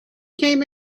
came